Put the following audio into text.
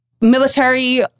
military